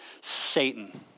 Satan